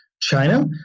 China